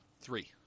Three